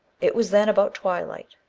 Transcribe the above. it was then about twilight,